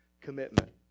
commitment